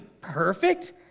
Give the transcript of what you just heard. perfect